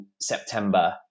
september